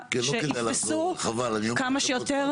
שיתפסו כמה שיותר